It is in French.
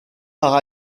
par